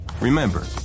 Remember